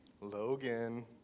Logan